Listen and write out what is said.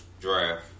draft